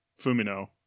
Fumino